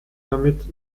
damit